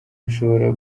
bishobora